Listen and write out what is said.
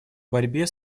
борьбе